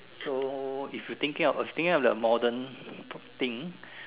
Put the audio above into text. so if you thinking of if you thinking of the modern thing